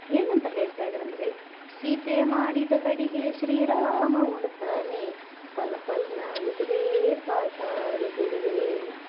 ಏನಂತ ಹೇಳ್ತಾಯಿದ್ರಂದರೆ ಸೀತೆ ಮಾಡಿದ ಅಡಿಗೆ ಶ್ರೀರಾಮ ಉಣ್ತಾನೆ ಪಲ ಪಲ್ನ ಉದುರೇ ಪಾತಾಳದುಳುವೇ